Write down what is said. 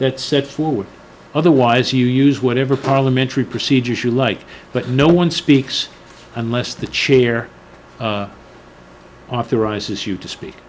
that set forward otherwise you use whatever parliamentary procedures you like but no one speaks unless the chair authorizes you to speak